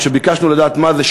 כשביקשנו לדעת מה זה,